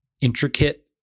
intricate